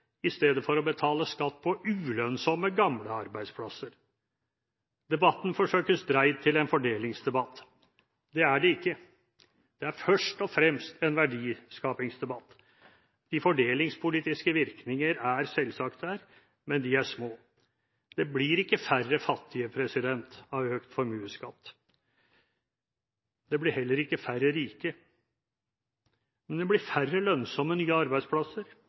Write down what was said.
i stedet for å betale skatt på ulønnsomme, gamle arbeidsplasser. Debatten forsøkes dreid til en fordelingsdebatt. Det er det ikke. Det er først og fremst en verdiskapingsdebatt. De fordelingspolitiske virkninger er selvsagt der, men de er små. Det blir ikke færre fattige av økt formuesskatt. Det blir heller ikke færre rike, men det blir færre lønnsomme, nye arbeidsplasser